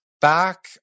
back